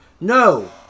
No